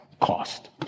cost